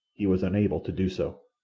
he was unable to do so.